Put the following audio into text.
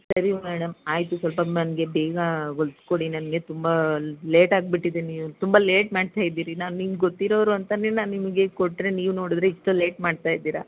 ಸರಿ ಮೇಡಮ್ ಆಯ್ತು ಸ್ವಲ್ಪ ನನಗೆ ಬೇಗ ಹೊಲೆದು ಕೊಡಿ ನನಗೆ ತುಂಬ ಲೇಟಾಗಿಬಿಟ್ಟಿದೆ ನೀವು ತುಂಬ ಲೇಟ್ ಮಾಡ್ತಾಯಿದ್ದೀರಿ ನಾನು ನೀವು ಗೊತ್ತಿರೋರು ಅಂತೆಯೇ ನಾನು ನಿಮಗೆ ಕೊಟ್ರೆ ನೀವು ನೋಡಿದ್ರೆ ಇಷ್ಟು ಲೇಟ್ ಮಾಡ್ತಾಯಿದ್ದೀರಿ